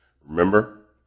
Remember